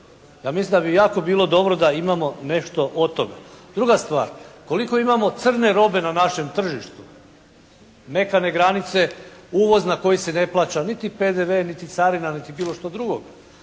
Ja mislim da bi jako bilo dobro da imamo nešto od toga. Druga stvar, koliko imamo crne robe na našem tržištu. "Mekan" granice uvoz na koji se ne plaća niti PDV, niti carina, niti bilo što drugo.